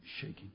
shaking